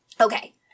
Okay